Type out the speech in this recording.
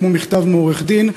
כמו מכתב מעורך-דין,